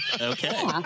Okay